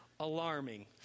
Alarming